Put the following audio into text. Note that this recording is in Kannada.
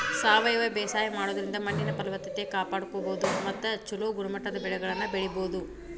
ಸಾವಯವ ಬೇಸಾಯ ಮಾಡೋದ್ರಿಂದ ಮಣ್ಣಿನ ಫಲವತ್ತತೆ ಕಾಪಾಡ್ಕೋಬೋದು ಮತ್ತ ಚೊಲೋ ಗುಣಮಟ್ಟದ ಬೆಳೆಗಳನ್ನ ಬೆಳಿಬೊದು